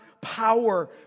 Power